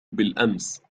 بالأمس